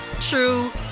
true